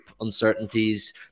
uncertainties